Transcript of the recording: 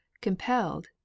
compelled